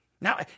now